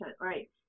right